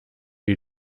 wie